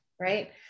right